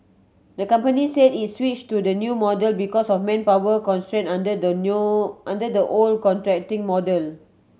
the company say it switch to the new model because of manpower constraint under the new under the old contracting model